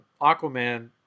Aquaman